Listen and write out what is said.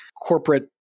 corporate